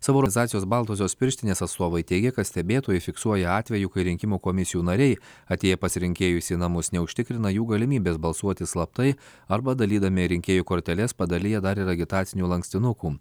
baltosios pirštinės atstovai teigia kad stebėtojai fiksuoja atvejų kai rinkimų komisijų nariai atėję pas rinkėjus į namus neužtikrina jų galimybės balsuoti slaptai arba dalydami rinkėjų korteles padalija dar ir agitacinių lankstinukų